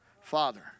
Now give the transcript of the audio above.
Father